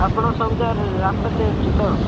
ଆପଣ ସବୁ ଜାଗାରେ ରାସ୍ତା ଚିହ୍ନିଚ ତ